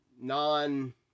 Non